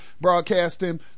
broadcasting